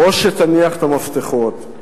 או שתניח את המפתחות.